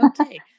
okay